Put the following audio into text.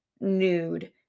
nude